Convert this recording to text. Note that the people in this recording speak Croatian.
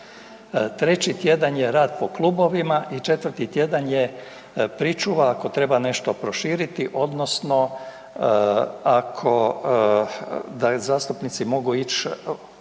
Treći tjedan je rad po klubovima i četvrti tjedan je pričuva ako treba nešto proširiti odnosno da zastupnici mogu ići